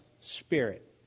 spirit